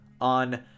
on